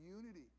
Unity